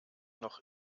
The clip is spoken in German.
noch